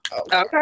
Okay